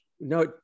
No